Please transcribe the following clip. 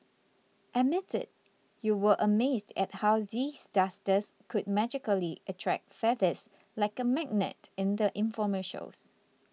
admit it you were amazed at how these dusters could magically attract feathers like a magnet in the infomercials